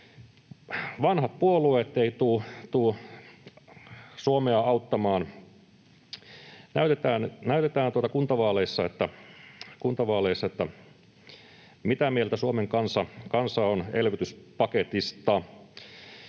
Vanhat puolueet eivät tule Suomea auttamaan. Näytetään kuntavaaleissa, mitä mieltä Suomen kansa on elvytyspaketista.